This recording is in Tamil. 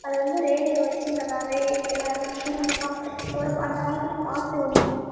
அது வந்து ரேடியோ வைச்சு நல்லாவே எல்லாேரும் புரிஞ்சிப்பா ஒரு அந்தகாலத்தில் பாட்டு வேணும்னால்